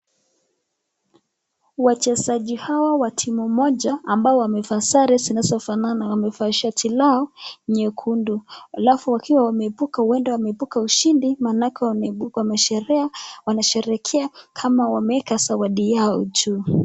Wachezaji hawa wa timu moja ambao wamevaa sare zinazofanana, wamevaa shati yao nyekundu. Alafu wakiwa wameibuka, wameibuka washindi, wanasherehekea kama wameeka zawadi yao juu.